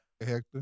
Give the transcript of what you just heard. Hector